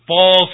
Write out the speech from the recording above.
false